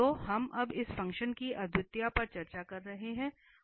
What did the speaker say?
तो हम अब इस फ़ंक्शन की अद्वितीयता पर चर्चा कर रहे हैं